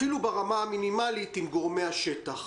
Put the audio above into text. אפילו ברמה המינימלית, עם גורמי השטח.